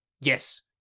yes